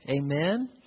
amen